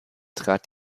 trat